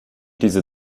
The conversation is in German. diese